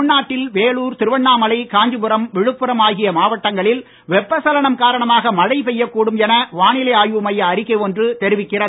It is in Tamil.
தமிழ்நாட்டில் வேலூர் திருவண்ணாமலை காஞ்சிபுரம் விழுப்புரம் ஆகிய மாவட்டங்களில் வெப்ப சலனம் காரணமாக மழை பெய்யக்கூடும் என வானிலை ஆய்வு மைய அறிக்கை ஒன்று தெரிவிக்கிறது